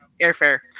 airfare